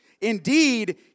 Indeed